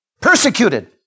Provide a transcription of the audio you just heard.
persecuted